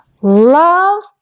love